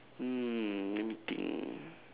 mm let me think